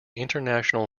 international